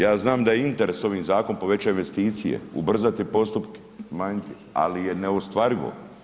Ja znam da je interes ovim zakonom povećati investicije, ubrzati postupke, manjke, ali je neostvarivo.